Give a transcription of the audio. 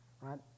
right